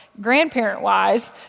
grandparent-wise